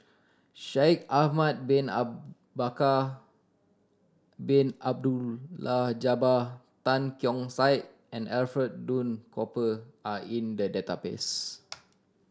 Shaikh Ahmad Bin Bakar Bin Abdullah Jabbar Tan Keong Saik and Alfred Duff Cooper are in the database